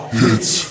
hits